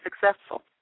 successful